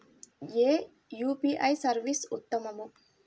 ఏ UPI service ఉత్తమము?